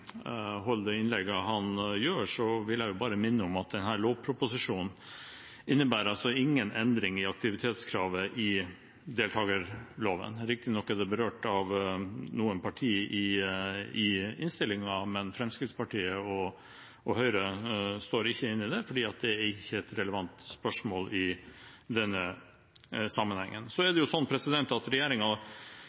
holder det innlegget han gjør, vil jeg bare minne om at denne lovproposisjonen ikke innebærer noen endring i aktivitetskravet i deltakerloven. Riktignok er det berørt av noen partier i innstillingen, men Fremskrittspartiet og Høyre er ikke med på det, fordi det ikke er et relevant spørsmål i denne sammenhengen. Så er det sånn at